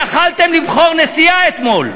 יכולתם לבחור נשיאה אתמול.